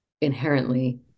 inherently